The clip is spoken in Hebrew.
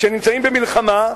כשנמצאים במלחמה,